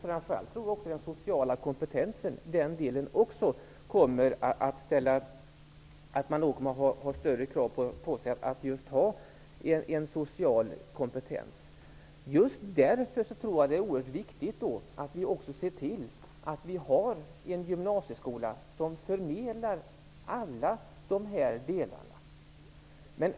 Framför allt tror jag att det kommer att ställas högre krav på social kompetens. Just därför är det oerhört viktigt att se till att vi har en gymnasieskola som förmedlar alla dessa delar.